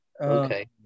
Okay